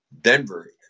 Denver